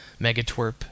Megatwerp